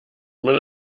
man